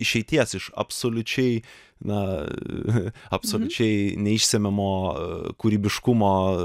išeities iš absoliučiai na absoliučiai neišsemiamo kūrybiškumo